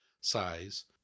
size